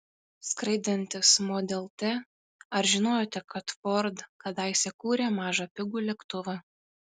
skraidantis model t ar žinojote kad ford kadaise kūrė mažą pigų lėktuvą